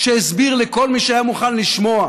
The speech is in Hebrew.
שהסביר לכל מי שהיה מוכן לשמוע